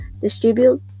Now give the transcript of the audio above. distribute